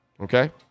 okay